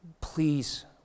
Please